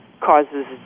causes